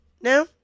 No